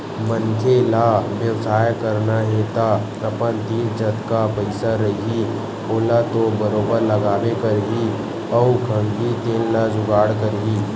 मनखे ल बेवसाय करना हे तअपन तीर जतका पइसा रइही ओला तो बरोबर लगाबे करही अउ खंगही तेन ल जुगाड़ करही